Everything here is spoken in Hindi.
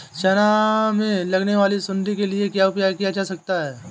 चना में लगने वाली सुंडी के लिए क्या उपाय किया जा सकता है?